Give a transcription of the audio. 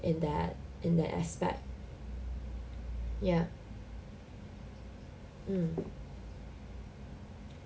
in that in that aspect ya mm